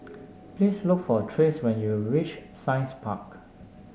please look for Trace when you reach Science Park